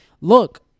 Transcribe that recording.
Look